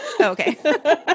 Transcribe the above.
Okay